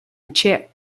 czech